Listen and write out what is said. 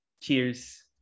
cheers